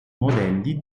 modelli